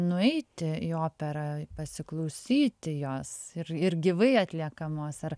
nueiti į operą pasiklausyti jos ir ir gyvai atliekamos ar